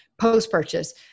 Post-purchase